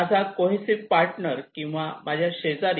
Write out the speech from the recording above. माझा cohesive partner किंवा माझ्या शेजारी